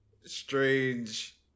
strange